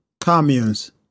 Communes